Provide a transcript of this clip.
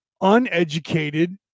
uneducated